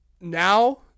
now